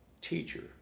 teacher